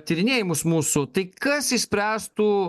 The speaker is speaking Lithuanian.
tyrinėjimus mūsų tai kas išspręstų